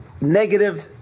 negative